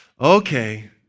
Okay